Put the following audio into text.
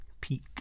peak